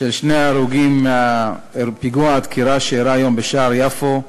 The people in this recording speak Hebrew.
למשפחות שני ההרוגים בפיגוע הדקירה שאירע היום בשער יפו,